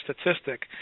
statistic